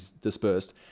dispersed